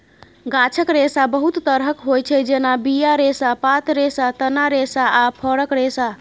गाछक रेशा बहुत तरहक होइ छै जेना बीया रेशा, पात रेशा, तना रेशा आ फरक रेशा